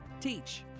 Teach